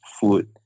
food